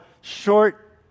short